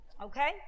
Okay